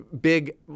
big